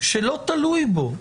שלא תלוי בו,